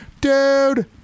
DUDE